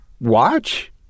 watch